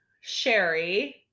Sherry